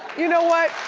you know what,